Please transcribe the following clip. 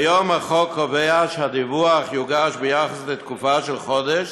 כיום החוק קובע שהדיווח יוגש ביחס לתקופה של חודש